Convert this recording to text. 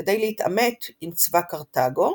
כדי להתעמת עם צבא קרתגו,